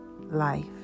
life